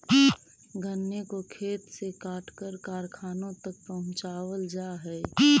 गन्ने को खेत से काटकर कारखानों तक पहुंचावल जा हई